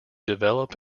develop